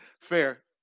fair